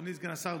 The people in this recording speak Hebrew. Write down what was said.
אדוני סגן השר,